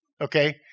okay